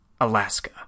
Alaska